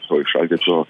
to įšaldyto